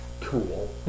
Cool